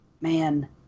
man